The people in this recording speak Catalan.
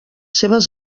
seves